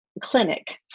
clinic